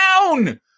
down